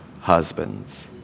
husbands